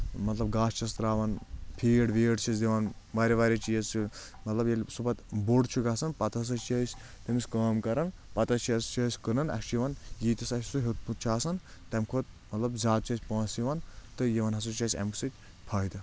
مطلب گاسہٕ چھس تراوان فیٖڈ ویٖڈ چھِس دِوان واریاہ واریاہ چیٖز چھِ مطلب ییٚلہِ سُہ پتہٕ بوٚڑ چھُ گژھان پتہٕ ہسا چھِ أسۍ تٔمِس کٲم کران پتہٕ حظ چھِ أسۍ کٕنان اسہِ چھُ یِوان ییٖتِس اَسہِ سُہ ہیوٚتُتھ چھُ آسن تمہِ کھۄتہٕ مطلب زیادٕ چھِ أسۍ پونٛسہٕ یِوان تہٕ یِوان ہسا چھُ اسہِ امہِ سۭتۍ فٲیدٕ